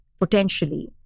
potentially